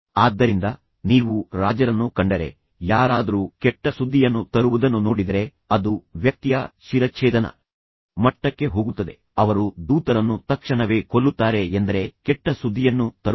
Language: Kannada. ಆದ್ದರಿಂದ ನೀವು ರಾಜರನ್ನು ಕಂಡರೆ ಯಾರಾದರೂ ಕೆಟ್ಟ ಸುದ್ದಿಯನ್ನು ತರುವುದನ್ನು ನೋಡಿದರೆ ಅದು ವ್ಯಕ್ತಿಯ ಶಿರಚ್ಛೇದನ ಮಟ್ಟಕ್ಕೆ ಹೋಗುತ್ತದೆ ಅವರು ದೂತರನ್ನು ತಕ್ಷಣವೇ ಕೊಲ್ಲುತ್ತಾರೆ ಎಂದರೆ ಕೆಟ್ಟ ಸುದ್ದಿಯನ್ನು ತರುವವನು